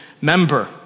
member